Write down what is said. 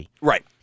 Right